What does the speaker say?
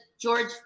George